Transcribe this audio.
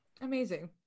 Amazing